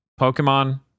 Pokemon